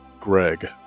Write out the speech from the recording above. greg